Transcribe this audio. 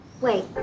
Wait